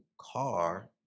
car